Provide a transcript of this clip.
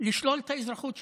לשלול את האזרחות שלהם.